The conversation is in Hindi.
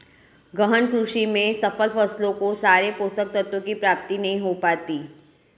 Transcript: गहन कृषि में सब फसलों को सारे पोषक तत्वों की प्राप्ति नहीं हो पाती